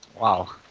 Wow